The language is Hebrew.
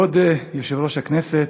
כבוד יושב-ראש הכנסת,